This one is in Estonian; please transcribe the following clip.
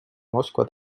moskva